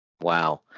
Wow